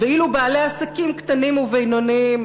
ואילו בעלי עסקים קטנים ובינוניים